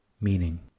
meaning